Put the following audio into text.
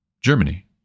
Germany